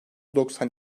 doksan